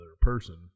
person